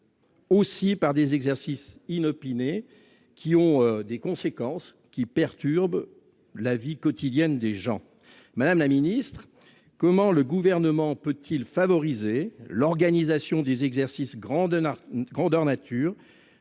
aussi par des exercices inopinés, qui ne sont pas sans conséquence puisqu'ils perturbent la vie quotidienne de nos concitoyens. Madame la ministre, comment le Gouvernement peut-il favoriser l'organisation des exercices grandeur nature,